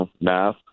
math